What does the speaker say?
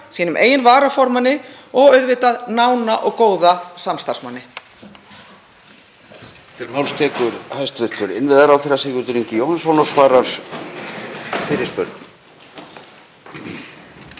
sínum eigin varaformanni og auðvitað nána og góða samstarfsmanni?